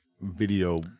video